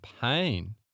pain